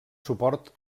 suport